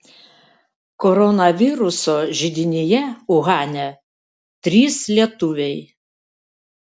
koronaviruso židinyje uhane trys lietuviai